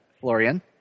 Florian